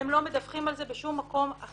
והם לא מדווחים על זה בשום מקום אחר.